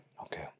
Okay